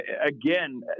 again